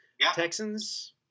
Texans